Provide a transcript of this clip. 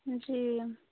जी